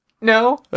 no